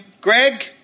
Greg